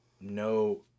no